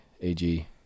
AG